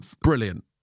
Brilliant